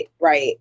right